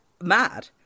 mad